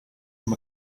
him